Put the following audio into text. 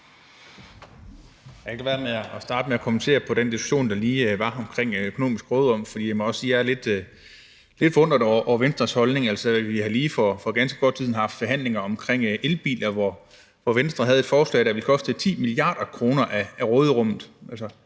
med at starte med at kommentere den diskussion, der lige var, om det økonomiske råderum, for jeg må også sige, at jeg er lidt forundret over Venstres holdning. Altså, vi har lige for ganske kort tid siden haft forhandlinger om elbiler, hvor Venstre havde et forslag, der ville koste 10 mia. kr. af det